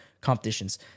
competitions